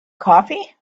coffee